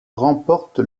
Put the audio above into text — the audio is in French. remporte